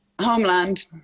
Homeland